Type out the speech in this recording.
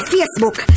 Facebook